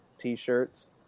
t-shirts